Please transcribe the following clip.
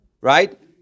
right